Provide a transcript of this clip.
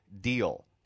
deal